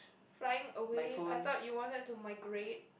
flying away I thought you wanted to migrate